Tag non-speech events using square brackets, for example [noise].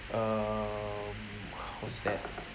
um [breath] what's that